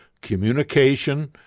communication